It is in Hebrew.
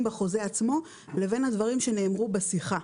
בחוזה עצמו לבין הדברים שנאמרו בשיחה.